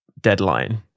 deadline